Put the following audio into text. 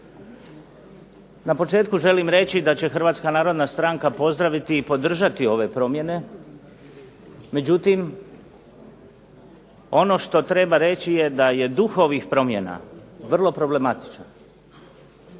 Na početku želim reći da će Hrvatska narodna stranka pozdraviti i podržati ove promjene, međutim ono što treba reći je da je duh ovih promjena vrlo problematičan.